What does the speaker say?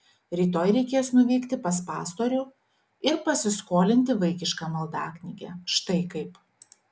rytoj reikės nuvykti pas pastorių ir pasiskolinti vaikišką maldaknygę štai kaip